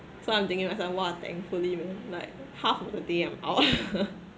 so I'm thinking that's why !wah! thankfully man like half a day I'm out